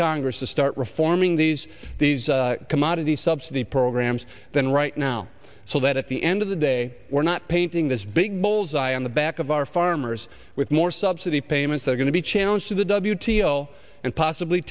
congress to start reforming these commodities subsidy programs then right now so that at the end of the day we're not painting this big bull's eye on the back of our farmers with more subsidy payments they're going to be challenge to the w t l and possibly